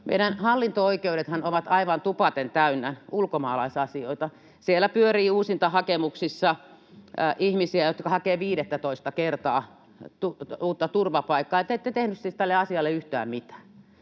Meidän hallinto-oikeudethan ovat aivan tupaten täynnä ulkomaalaisasioita. Siellä pyörii uusintahakemuksissa ihmisiä, jotka hakevat viidettätoista kertaa uutta turvapaikkaa, ja te ette tehneet tälle asialle siis yhtään mitään.